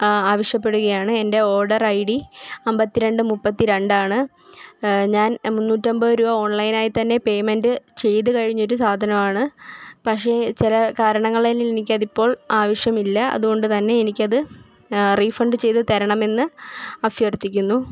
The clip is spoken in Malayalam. ആവശ്യപ്പെടുകയാണ് എൻ്റെ ഓർഡർ ഐ ഡി അമ്പത്തി രണ്ട് മുപ്പത്തി രണ്ടാണ് ഞാൻ മുന്നൂറ്റമ്പത് രൂപ ഓൺലൈനായി തന്നെ പേമെൻറ്റ് ചെയ്ത് കഴിഞ്ഞ ഒരു സാധനമാണ് പക്ഷെ ചില കാരണങ്ങളാൽ എനിക്കതിപ്പോൾ ആവശ്യമില്ല അതുകൊണ്ട് തന്നെ എനിക്കത് റീഫണ്ട് ചെയ്ത് തരണമെന്ന് അഭ്യർത്ഥിക്കുന്നു